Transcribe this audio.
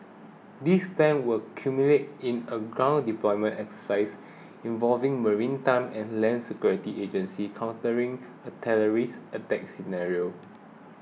this plan will culminate in a ground deployment exercise involving maritime and land security agencies countering a terrorist attack scenario